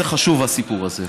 זה חשוב, הסיפור הזה.